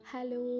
Hello